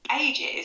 ages